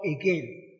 again